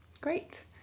Great